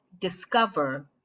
discover